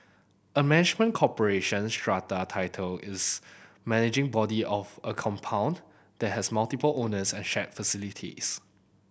a management corporation strata title is managing body of a compound that has multiple owners and shared facilities